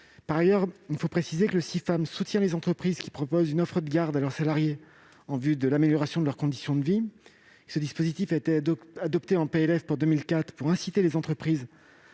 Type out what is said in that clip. Par ailleurs, il faut préciser que le Cifam soutient les entreprises qui proposent une offre de garde à leurs salariés en vue de l'amélioration de leurs conditions de vie. Ce dispositif a été adopté en PLF pour 2004 pour inciter les entreprises